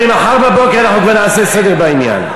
אני מודיע לך שממחר בבוקר אנחנו כבר נעשה סדר בעניין.